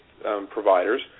providers